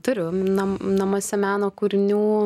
turiu nam namuose meno kūrinių